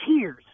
tears